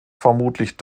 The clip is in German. vermutlich